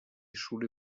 schule